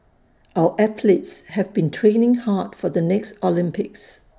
our athletes have been training hard for the next Olympics